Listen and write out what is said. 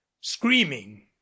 screaming